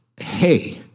Hey